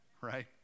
right